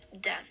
done